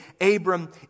Abram